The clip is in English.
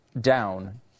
down